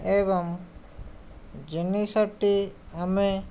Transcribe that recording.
ଏବଂ ଜିନିଷଟି ଆମେ